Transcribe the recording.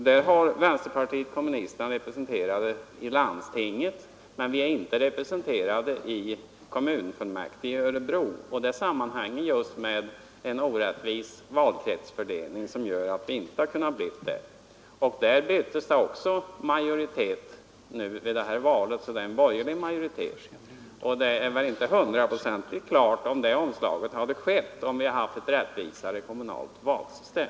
Där är vänsterpartiet kommunisterna representerade i landstinget men inte i kommunfullmäktige i Örebro. Det sammanhänger just med en orättvis valkretsindelning. Det blev ett majoritetsbyte efter senaste valet, så nu är det en borgerlig majoritet. Det är inte hundraprocentigt säkert att detta omslag skett, om vi haft ett rättvisare kommunalt valsystem.